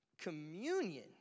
Communion